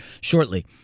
shortly